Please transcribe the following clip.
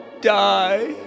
die